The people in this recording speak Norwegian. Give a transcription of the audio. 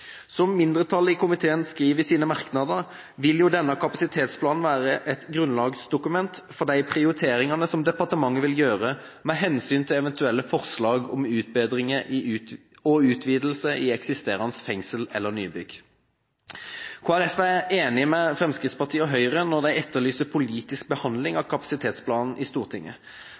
Som mindretallet i komiteen skriver i sine merknader, vil denne kapasitetsplanen være et grunnlagsdokument for de prioriteringene som departementet vil gjøre med hensyn til eventuelle forslag om utbedringer og utvidelse i eksisterende fengsel eller nybygg. Kristelig Folkeparti er enig med Fremskrittspartiet og Høyre når de etterlyser politisk behandling av kapasitetsplanen i Stortinget.